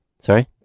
Sorry